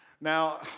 Now